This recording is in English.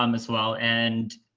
um as well. and.